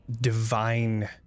divine